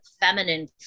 feminine